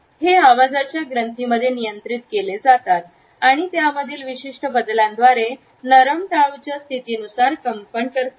हे आवाजाच्या ग्रंथीमध्ये नियंत्रित केले जाते आणि त्यामधील विशिष्ट बदलांद्वारे नरम टाळूच्या स्थितीनुसार कंपन करतात